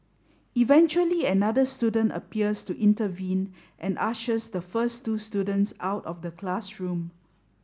eventually another student appears to intervene and ushers the first two students out of the classroom